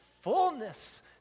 fullness